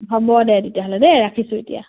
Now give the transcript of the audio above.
হ'ব দে তেতিয়াহ'লে দেই ৰাখিছোঁ এতিয়া